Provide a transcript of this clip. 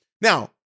Now